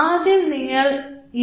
ആദ്യം നിങ്ങൾ എ